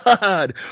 God